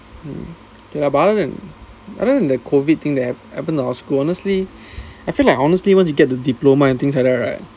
mm but other than other than the COVID thing that happened to our school honestly I feel like honestly once you get the diploma and things like that right